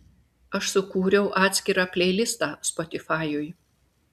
aš sukūriau atskirą pleilistą spotifajuj